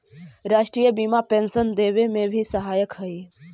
राष्ट्रीय बीमा पेंशन देवे में भी सहायक हई